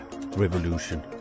revolution